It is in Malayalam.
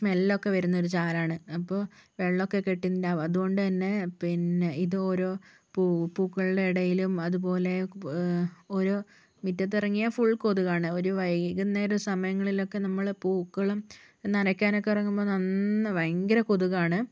സ്മെല്ലൊക്കെ വരുന്നൊരു ചാലാണ് അപ്പോൾ വെള്ളമൊക്കെ കെട്ടി നിന്നിട്ടുണ്ടാവും അതുകൊണ്ട് തന്നെ പിന്നെ ഇത് ഓരോ പൂക്കളുടെ ഇടയിലും അതുപോലെ ഓരോ മുറ്റത്തിറങ്ങിയാൽ ഫുൾ കൊതുകാണ് ഒരു വൈകുന്നേരം സമയങ്ങളിലൊക്കെ നമ്മൾ പൂക്കളും നനയ്ക്കാനൊക്കെ ഇറങ്ങുമ്പോൾ നന്ന ഭയങ്കര കൊതുകാണ്